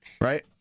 right